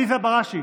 עליזה בראשי,